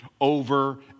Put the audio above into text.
over